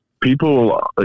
People